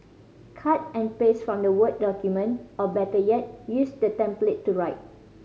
cut and paste from the word document or better yet use the template to write